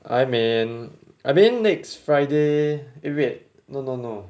I mean I mean next friday eh wait no no no